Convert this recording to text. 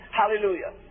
hallelujah